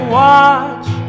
watch